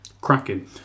Cracking